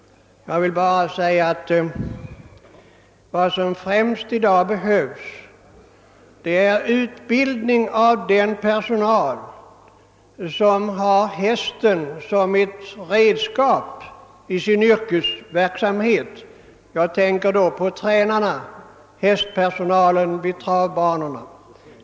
Jag vill bara säga att vad som i dag främst behövs är utbildning av den personal som har hästen som ett redskap i sin yrkesverksamhet. Jag tänker då på tränarna, hästpersonalen vid travbanorna.